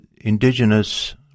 Indigenous